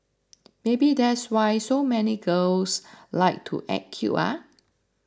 maybe that's why so many girls like to act cute ah